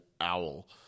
OWL